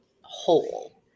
whole